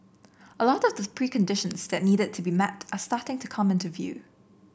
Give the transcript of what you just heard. a lot of the preconditions that needed to be met are starting to come into view